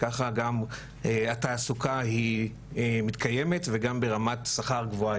ככה גם התעסוקה היא מתקיימת וגם ברמת שכר גבוהה